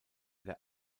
der